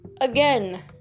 Again